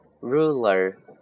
ruler